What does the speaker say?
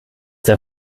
der